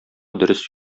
дөрес